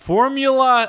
Formula